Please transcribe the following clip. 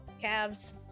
calves